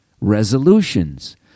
Resolutions